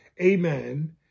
amen